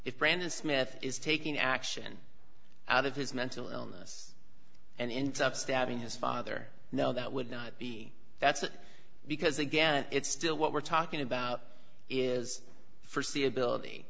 is brandon smith is taking action out of his mental illness and into up stabbing his father now that would not be that's because again it's still what we're talking about is for see ability